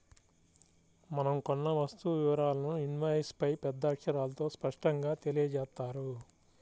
మనం కొన్న వస్తువు వివరాలను ఇన్వాయిస్పై పెద్ద అక్షరాలతో స్పష్టంగా తెలియజేత్తారు